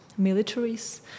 militaries